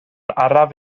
araf